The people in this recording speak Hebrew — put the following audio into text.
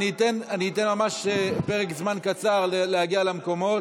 אני אתן ממש פרק זמן קצר להגיע למקומות.